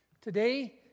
Today